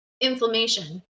Inflammation